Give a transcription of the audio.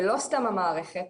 לא סתם המערכת,